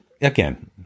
again